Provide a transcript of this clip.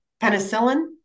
penicillin